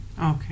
Okay